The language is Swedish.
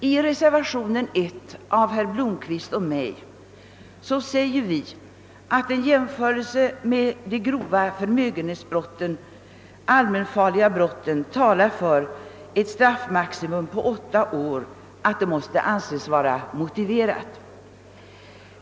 I reservation I av herr Blomquist och mig säger vi att en jämförelse med de grova förmögenhetsbrotten och de allmännfarliga brotten talar för att ett straffmaximum på åtta år måste anses vara motiverat.